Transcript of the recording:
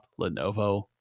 Lenovo